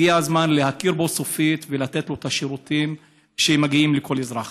הגיע הזמן להכיר בו סופית ולתת לו את השירותים שמגיעים לכל אזרח.